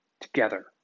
together